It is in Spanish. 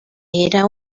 era